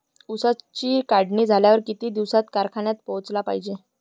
ऊसाची काढणी झाल्यावर किती दिवसात कारखान्यात पोहोचला पायजे?